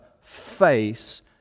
face